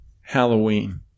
Halloween